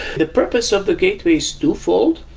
the purpose of the gateway is twofold.